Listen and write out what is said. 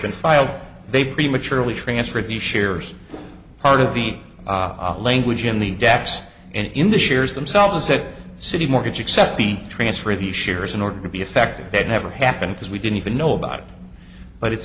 been filed they prematurely transferred the shares part of the language in the gaps in the shares themselves that citi mortgage except the transfer of the shares in order to be effective that never happened because we didn't even know about it but it's